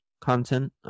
content